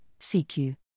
CQ